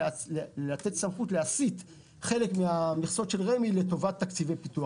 לתת סמכות להסיט חלק מהמכסות של רמ"י לטובת תקציבי פיתוח.